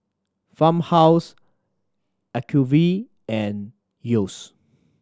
Farmhouse Acuvue and Yeo's